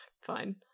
fine